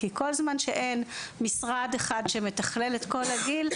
כי כל זמן שאין משרד אחד שמתכלל את כל הגיל,